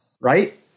right